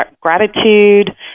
gratitude